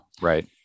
Right